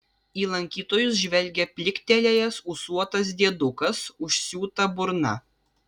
į lankytojus žvelgia pliktelėjęs ūsuotas diedukas užsiūta burna